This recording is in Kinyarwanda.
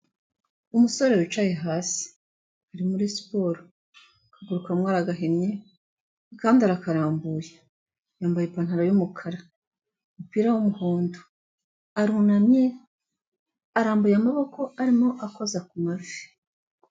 Umusore wicaye hasi ari muri siporo akaguru kamwe aragahinnye akandi arakarambuye yambaye ipantaro y'umukara umupira w'umuhondo arunamye arambuye amaboko arimo akoza k'amavi.